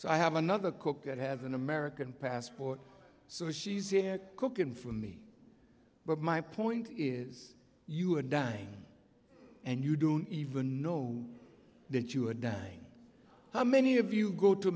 so i have another cook at have an american passport so she's cooking for me but my point is you have done and you don't even know that you are dying how many of you go to